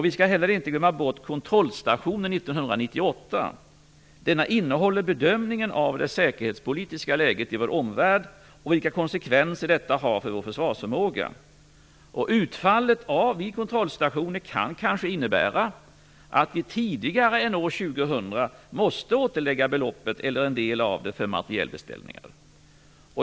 Vi skall inte heller glömma bort kontrollstationen 1998. Denna innehåller bedömningen av det säkerhetspolitiska läget i vår omvärld och av vilka konsekvenser detta har för vår försvarsförmåga. Utfallet vid kontrollstationen kan kanske innebära att vi tidigare än år 2000 måste återlägga beloppet, eller en del av det, för materielbeställningar.